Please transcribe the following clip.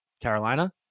Carolina